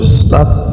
start